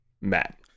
Matt